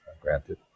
granted